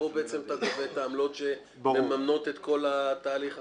פה אתה גובה את העמלות שמממנות את כל התהליך אחורה.